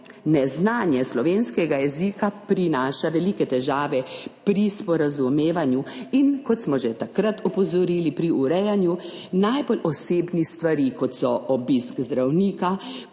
neznanje slovenskega jezika prinaša velike težave pri sporazumevanju in, kot smo že takrat opozorili, pri urejanju najbolj osebnih stvari, kot so obisk zdravnika,